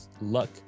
luck